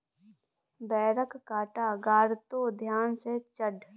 बेरक कांटा गड़तो ध्यान सँ चढ़